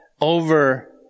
over